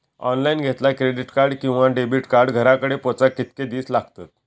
Online घेतला credit card किंवा debit card घराकडे पोचाक कितके दिस लागतत?